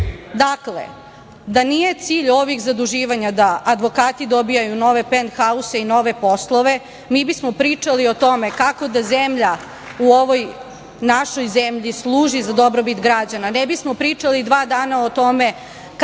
vam. Dakle, da nije cilj ovih zaduživanja da advokati dobijaju nove penthause i nove poslove, mi bismo pričali o tome kako da zemlja u ovoj našoj zemlji služi za dobrobit građana. Ne bismo pričali dva dana o tome kako da našu vodu, našu zemlju prodajemo drugima,